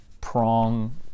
prong